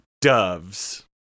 doves